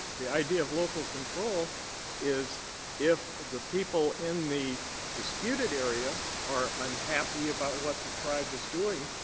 the idea of local control is if the people in the disputed area are unhappy about what the tribe is doing,